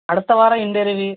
அடுத்தவாரம் இன்டர்வ்யூ